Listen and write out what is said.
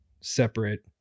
separate